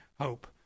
hope